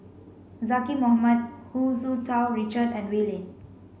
Zaqy Mohamad Hu Tsu Tau Richard and Wee Lin